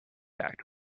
act